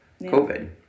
covid